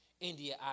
India